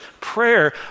prayer